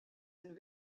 and